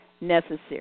necessary